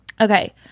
okay